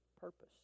purpose